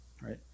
right